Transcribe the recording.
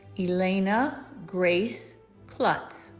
elaina grace kluttz